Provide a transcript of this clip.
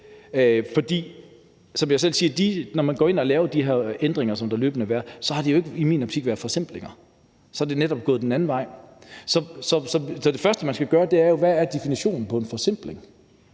For som jeg selv siger: Når man går ind og laver de her ændringer, som der løbende bliver lavet, har de jo i min optik ikke været forsimplinger; så er det netop gået den anden vej. Så det første, man skal gøre, er at se på, hvad definitionen på en forsimpling